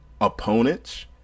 opponents